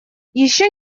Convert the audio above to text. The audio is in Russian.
еще